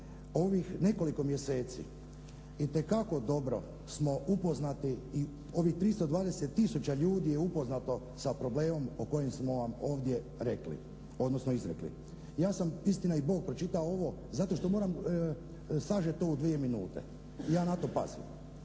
Ovih nekoliko mjeseci itekako dobro smo upoznati i ovih 320 tisuća ljudi je upoznato sa problemom o kojem smo vam ovdje rekli, odnosno izrekli. Ja sam istina i Bog pročitao ovo zato što moram sažeto u dvije minute. Ja na to pazim.